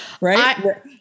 right